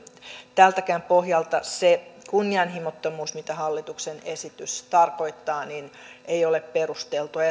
tältäkään pohjalta se kunnianhimottomuus mitä hallituksen esitys tarkoittaa ei ole perusteltua